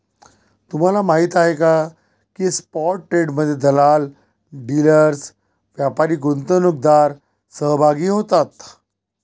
तुम्हाला माहीत आहे का की स्पॉट ट्रेडमध्ये दलाल, डीलर्स, व्यापारी, गुंतवणूकदार सहभागी होतात